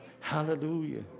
Hallelujah